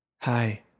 Hi